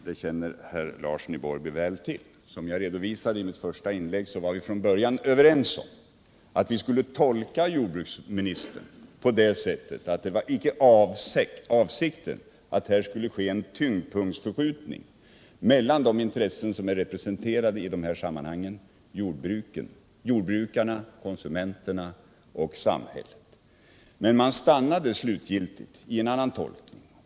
Det känner herr Larsson i Borrby väl till. Som jag redovisat i mitt första inlägg var vi från början överens om att vi skulle tolka jordbruksministern på det sättet att det icke skulle vara avsikten att göra en tyngdpunktsförskjutning mellan de intressen som är representerade i dessa sammanhang: jordbrukarna, konsumenterna och samhället. Men man stannade slutgiltigt för en annan tolkning.